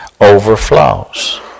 overflows